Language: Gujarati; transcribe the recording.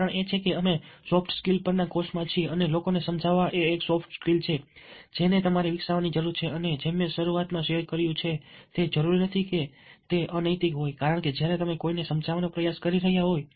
કારણ એ છે કે અમે સોફ્ટ સ્કીલ પરના કોર્સમાં છીએ અને લોકોને સમજાવવા એ એક સોફ્ટ સ્કીલ છે જેને તમારે વિકસાવવાની જરૂર છે અને જેમ મેં શરૂઆતમાં શેર કર્યું છે તે જરૂરી નથી કે તે અનૈતિક હોય કારણ કે જ્યારે તમે કોઈને સમજાવવાનો પ્રયાસ કરી રહ્યાં છો